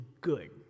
good